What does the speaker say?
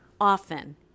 often